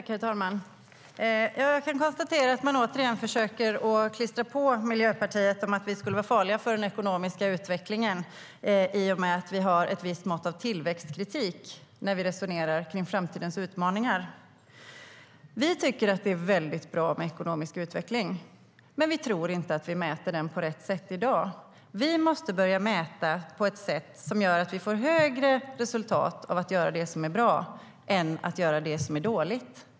Herr talman! Jag kan konstatera att man återigen försöker klistra på Miljöpartiet att vi skulle vara farliga för den ekonomiska utvecklingen i och med att vi har ett visst mått av tillväxtkritik när vi resonerar om framtidens utmaningar. Vi tycker att det är bra med ekonomisk utveckling, men vi tror inte att vi mäter den på rätt sätt i dag. Vi måste börja mäta på ett sätt som gör att vi får högre resultat av att göra det som är bra än att göra det som är dåligt.